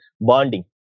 bonding